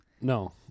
no